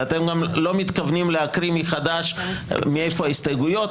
ואתם גם לא מתכוונים להקריא מחדש מאיפה ההסתייגויות,